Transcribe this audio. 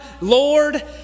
Lord